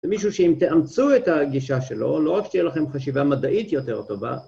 ומישהו שאם תאמצו את הגישה שלו, לא רק שתהיה לכם חשיבה מדעית יותר טובה